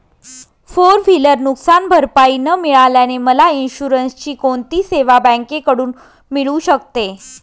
Four wheeler नुकसानभरपाई न मिळाल्याने मला इन्शुरन्सची कोणती सेवा बँकेकडून मिळू शकते?